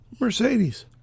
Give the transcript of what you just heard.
Mercedes